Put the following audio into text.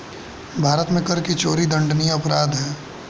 भारत में कर की चोरी दंडनीय अपराध है